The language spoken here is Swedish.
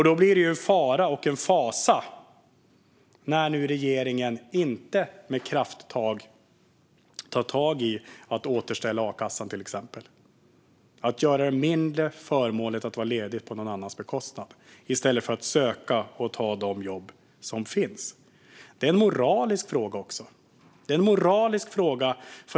Det blir då en fara och en fasa att regeringen inte med krafttag tar tag i att till exempel återställa a-kassan och göra det mindre förmånligt att vara ledig på någon annans bekostnad eftersom man inte söker och tar de jobb som finns. Det är också en moralisk fråga.